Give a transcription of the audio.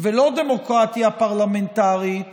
ולא דמוקרטיה פרלמנטרית